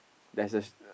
there's a